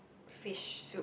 fish soup